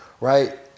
right